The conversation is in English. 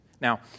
Now